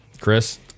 chris